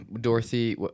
Dorothy